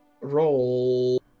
roll